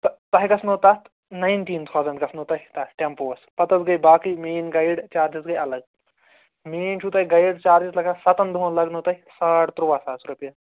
تہٕ تۄہہِ گژھنو تَتھ ناینٹیٖن تھَوزنٛڈ گَژھنو تۄہہِ تَتھ ٹٮ۪مپووَس پتہٕ حظ گٔے باقٕے میٛٲنۍ گایِڈ جارٕجِس گٔے الگ میٛٲنۍ چھُو تۄہہِ گایِڈ جارٕجِس لَگان سَتَن دۄہَن لَگنو تۄہہِ ساڑ تُرٛواہ ساس رۄپیہِ